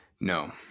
No